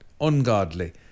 ungodly